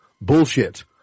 Bullshit